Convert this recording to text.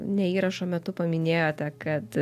ne įrašo metu paminėjote kad